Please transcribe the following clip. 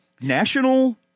national